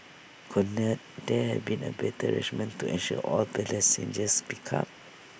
could not there have been A better arrangement to ensure all picked up